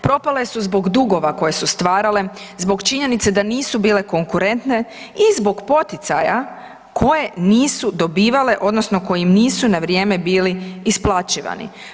Propale su zbog dugova koje su stvarale, zbog činjenice da nisu bile konkurentne i zbog poticaja koje nisu dobivale odnosno koji im nisu na vrijeme bili isplaćivani.